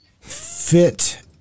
Fit